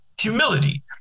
humility